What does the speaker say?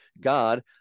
God